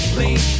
lean